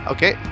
Okay